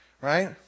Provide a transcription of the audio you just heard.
Right